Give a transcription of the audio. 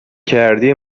کردی